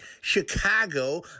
Chicago